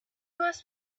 must